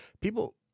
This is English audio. People